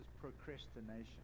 procrastination